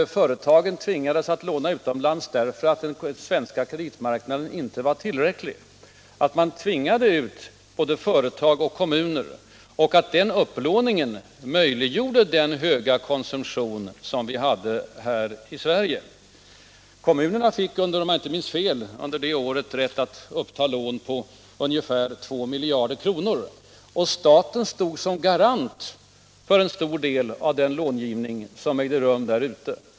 Företagen tvingades låna utomlands därför att den svenska kreditmarknaden inte var tillräcklig. Regeringen tvingade ut både företag och kommuner på den utländska lånemarknaden, och den upplåningen möjliggjorde den höga konsumtion som vi då hade här i Sverige. Kommunerna fick, om jag inte minns fel, under det året rätt att uppta lån på ungefär 2 miljarder kronor. Staten stod som garant för en stor del av de lån som togs på den utländska lånemarknaden.